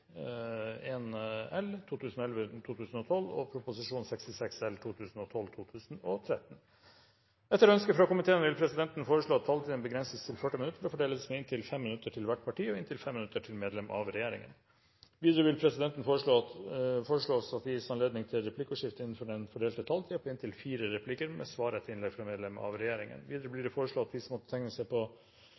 en skikkelig måte. Flere har ikke bedt om ordet til sak nr. 5. Etter ønske fra finanskomiteen vil presidenten foreslå at taletiden begrenses til 40 minutter og fordeles med inntil 5 minutter til hvert parti og inntil 5 minutter til medlem av regjeringen. Videre vil presidenten foreslå at det gis anledning til replikkordskifte på inntil fire replikker med svar etter innlegg fra medlem av regjeringen innenfor den fordelte taletid. Videre blir det foreslått at de som måtte tegne seg på